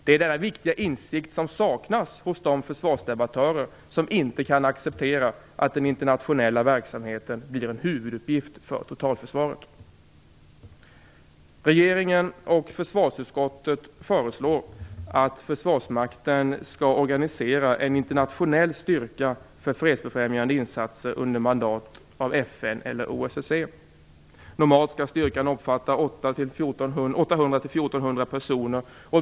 Det är denna viktiga insikt som saknas hos de försvarsdebattörer som inte kan acceptera att den internationella verksamheten blir en huvuduppgift för totalförsvaret. Regeringen och försvarsutskottet föreslår att försvarsmakten skall organisera en internationell styrka för fredsbefrämjande insatser under mandat av FN eller OSSE. Normalt skall styrkan omfatta 800-1 400 personer.